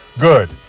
good